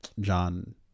John